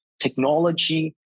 technology